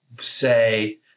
say